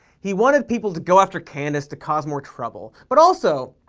he wanted people to go after candace to cause more trouble. but also.